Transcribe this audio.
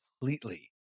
completely